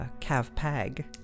Cav-Pag